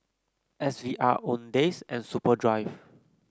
S V R Owndays and Superdry